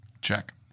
Check